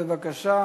בבקשה.